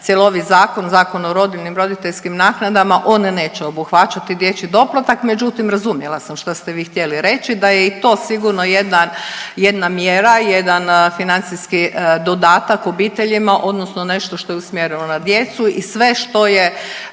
cjelovit zakon, Zakon o rodiljnim i roditeljskim naknadama on neće obuhvaćati dječji doplatak, međutim razumjela sam šta ste vi htjeli reći. Da je i to sigurno jedan, jedna mjera, jedan financijski dodatak obiteljima odnosno nešto što je usmjereno na djecu. I sve što je